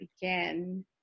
begin